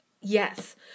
yes